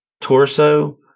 torso